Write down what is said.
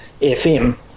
FM